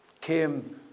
came